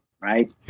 right